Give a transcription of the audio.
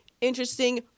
interesting